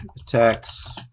attacks